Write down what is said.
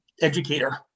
educator